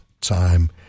time